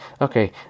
okay